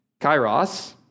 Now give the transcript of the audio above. kairos